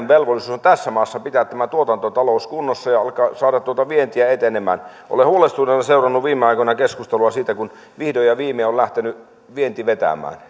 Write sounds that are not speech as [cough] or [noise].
[unintelligible] velvollisuus pitää tässä maassa tuotantotalous kunnossa ja saada tuota vientiä etenemään olen huolestuneena seurannut viime aikoina keskustelua siitä kun vihdoin ja viimein on lähtenyt vienti vetämään [unintelligible]